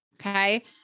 okay